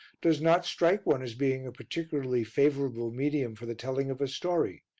does not strike one as being a particularly favourable medium for the telling of a story.